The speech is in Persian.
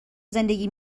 زندگی